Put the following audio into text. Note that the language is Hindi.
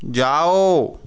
जाओ